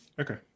Okay